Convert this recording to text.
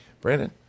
Brandon